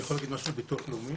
אני יכול להגיד משהו על ביטוח לאומי?